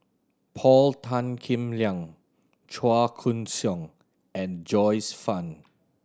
Paul Tan Kim Liang Chua Koon Siong and Joyce Fan